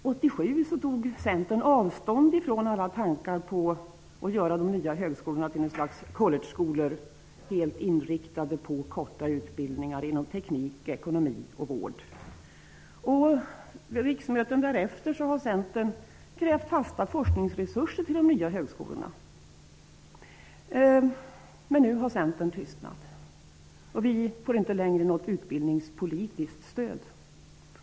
1987 tog Centern avstånd från alla tankar på att göra de nya högskolorna till ett slags collegeskolor, helt inriktade på korta utbildningar inom teknik, ekonomi och vård. Under riksmöten därefter har Centern krävt fasta forskningsresurser till de nya högskolorna. Men nu har Centern tystnat, och vi får inte något utbildningspolitiskt stöd.